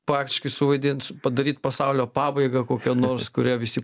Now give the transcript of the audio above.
faktiškai suvaidint padaryt pasaulio pabaigą kokią nors kuria visi